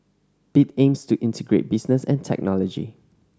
bit aims to integrate business and technology